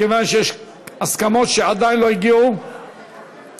מכיוון שיש הסכמות שעדיין לא הגיעו אליהן